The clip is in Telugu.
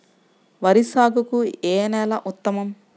వరి సాగుకు ఏ నేల ఉత్తమం?